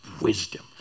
wisdom